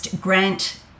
grant